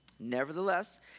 Nevertheless